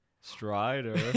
Strider